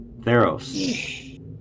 Theros